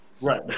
Right